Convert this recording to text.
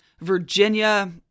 Virginia